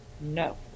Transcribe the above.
no